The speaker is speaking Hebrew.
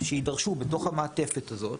שיידרשו בתוך המעטפת הזאת,